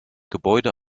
gebäude